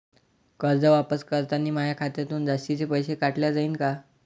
कर्ज वापस करतांनी माया खात्यातून जास्तीचे पैसे काटल्या जाईन का?